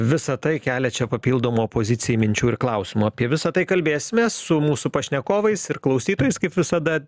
visa tai kelia čia papildomų opozicijai minčių ir klausimų apie visa tai kalbėsimės su mūsų pašnekovais ir klausytojais kaip visada